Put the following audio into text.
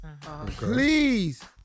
please